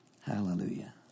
Hallelujah